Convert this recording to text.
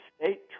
state